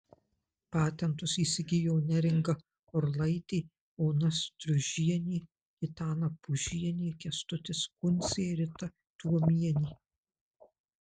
patentus įsigijo neringa orlaitė ona striužienė gitana pužienė kęstutis kuncė rita tuomienė